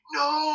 no